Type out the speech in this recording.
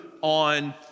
on